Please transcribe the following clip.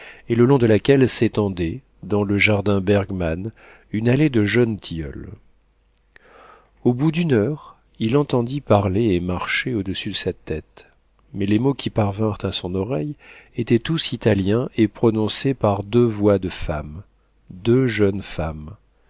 et le long de laquelle s'étendait dans le jardin bergmann une allée de jeunes tilleuls au bout d'une heure il entendit parler et marcher au-dessus de sa tête mais les mots qui parvinrent à son oreille étaient tous italiens et prononcés par deux voix de femmes deux jeunes femmes